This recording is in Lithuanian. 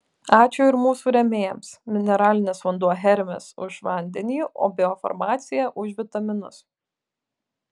ačiū ir mūsų rėmėjams mineralinis vanduo hermis už vandenį o biofarmacija už vitaminus